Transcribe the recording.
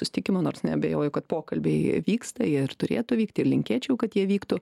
susitikimo nors neabejoju kad pokalbiai vyksta ir turėtų vykti ir linkėčiau kad jie vyktų